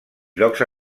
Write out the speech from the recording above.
llocs